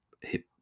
hip